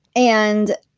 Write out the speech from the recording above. and,